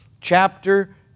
chapter